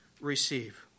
receive